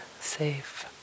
safe